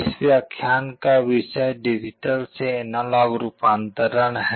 इस व्याख्यान का विषय डिजिटल से एनालॉग रूपांतरण है